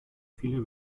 viele